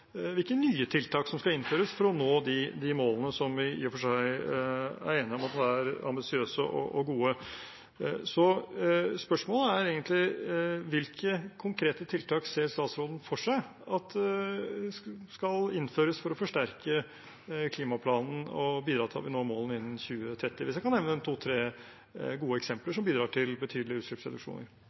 hvilke nye tiltak som skal innføres for å nå de målene som vi i og for seg er enige om er ambisiøse og gode. Så spørsmålet er egentlig: Hvilke konkrete tiltak ser statsråden for seg skal innføres for å forsterke klimaplanen og bidra til at vi når målene innen 2030? Kan han nevne to–tre gode eksempler som bidrar til betydelige utslippsreduksjoner?